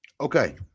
Okay